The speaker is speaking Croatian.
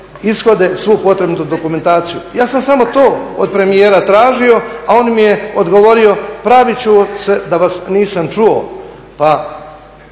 ishode svu potrebnu dokumentaciju. Ja sam samo to od premijera tražio, a on mi je odgovorio pravit ću se da vas nisam čuo.